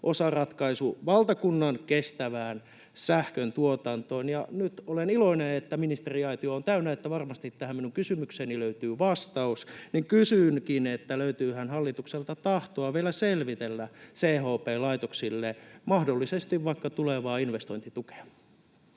osaratkaisu valtakunnan kestävään sähköntuotantoon. Nyt olen iloinen, että ministeriaitio on täynnä, niin että varmasti tähän minun kysymykseeni löytyy vastaus, ja kysynkin: löytyyhän hallitukselta tahtoa vielä selvitellä CHP-laitoksille vaikka mahdollisesti tulevaa investointitukea?